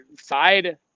side